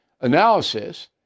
analysis